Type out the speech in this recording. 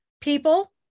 people